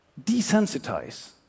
desensitize